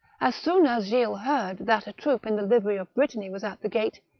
as soon as gilles heard that a troop in the livery of brittany was at the gate,